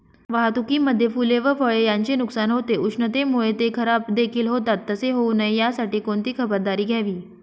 वाहतुकीमध्ये फूले व फळे यांचे नुकसान होते, उष्णतेमुळे ते खराबदेखील होतात तसे होऊ नये यासाठी कोणती खबरदारी घ्यावी?